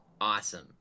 awesome